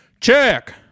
Check